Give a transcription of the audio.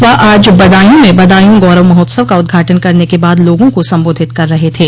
वह आज बदायूं में बदायूं गौरव महोत्सव का उद्घाटन करने के बाद लोगों को संबोधित कर रहे थे